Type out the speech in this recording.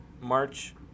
March